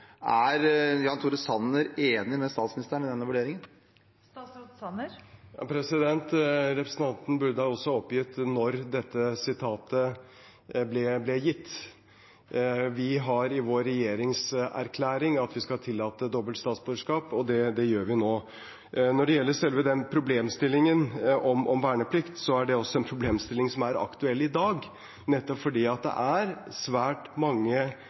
statsråd Jan Tore Sanner enig med statsministeren i denne vurderingen? Representanten burde også ha oppgitt når denne uttalelsen ble gitt. Vi har i vår regjeringserklæring at vi skal tillate dobbelt statsborgerskap, og det gjør vi nå. Når det gjelder selve den problemstillingen om verneplikt, er det også en problemstilling som er aktuell i dag, nettopp fordi det er svært mange